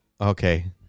okay